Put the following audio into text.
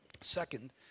Second